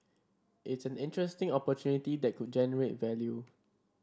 it's an interesting opportunity that could generate value